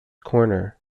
corner